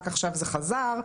רק עכשיו זה חזר.